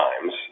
times